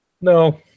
no